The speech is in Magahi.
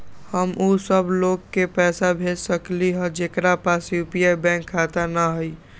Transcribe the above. हम उ सब लोग के पैसा भेज सकली ह जेकरा पास यू.पी.आई बैंक खाता न हई?